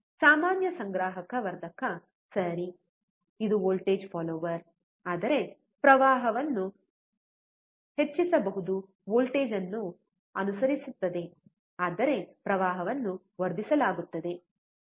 ಸಾಮಾನ್ಯ ಸಂಗ್ರಾಹಕ ವರ್ಧಕ ಸರಿ ಇದು ವೋಲ್ಟೇಜ್ ಫಾಲ್ಲೋರ್ ಆದರೆ ಪ್ರವಾಹವನ್ನು ಹೆಚ್ಚಿಸಬಹುದು ವೋಲ್ಟೇಜ್ ಅನ್ನು ಅನುಸರಿಸುತ್ತದೆ ಆದರೆ ಪ್ರವಾಹವನ್ನು ವರ್ಧಿಸಲಾಗುತ್ತದೆ ಸರಿ